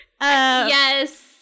Yes